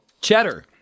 Cheddar